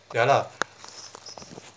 ya lah